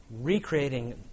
recreating